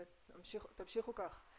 תמשיכו כך.